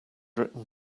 written